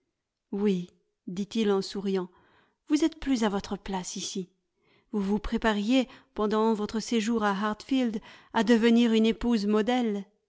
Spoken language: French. oui dit-il en souriant vous êtes plus à votre place ici vous vous prépariez pendant votre séjour à hartfield à devenir une épouse modèle